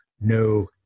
no